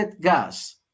Gas